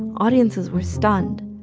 audiences were stunned.